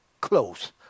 close